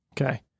Okay